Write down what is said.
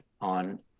on